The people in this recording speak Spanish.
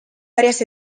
varias